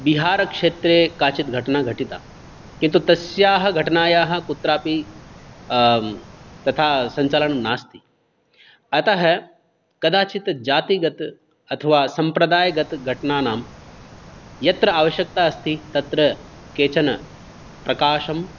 बिहारक्षेत्रे काचिद् घटना घटिता किन्तु तस्याः घटनायाः कुत्रापि तथा सञ्चालनं नास्ति अतः कदाचित् जातिगत अथवा सम्प्रदायगत घटनानां यत्र आवश्यकता अस्ति तत्र केचन प्रकाशं